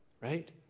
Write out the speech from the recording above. Right